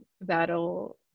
that'll